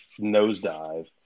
nosedive